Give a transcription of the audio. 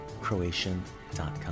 Croatian.com